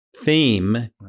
theme